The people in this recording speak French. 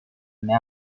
met